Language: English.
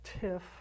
tiff